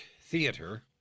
theater